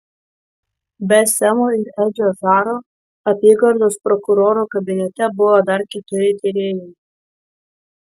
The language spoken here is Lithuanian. be semo ir edžio zaro apygardos prokuroro kabinete buvo dar keturi tyrėjai